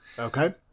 okay